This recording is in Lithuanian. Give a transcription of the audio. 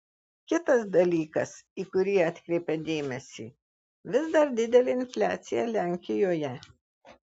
kitas dalykas į kurį atkreipia dėmesį vis dar didelė infliacija lenkijoje